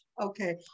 Okay